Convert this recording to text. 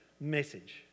message